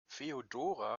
feodora